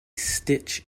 stitch